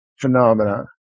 phenomena